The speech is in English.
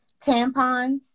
tampons